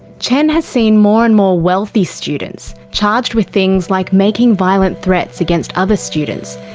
chen has seen more and more wealthy students charged with things like making violent threats against other students,